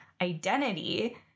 identity